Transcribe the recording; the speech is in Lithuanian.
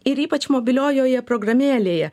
ir ypač mobiliojoje programėlėje